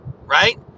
right